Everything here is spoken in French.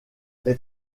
les